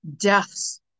deaths